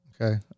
okay